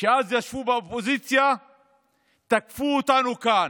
שאז ישבו בה באופוזיציה ותקפו אותנו כאן: